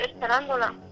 esperándola